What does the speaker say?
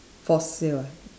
for sale ah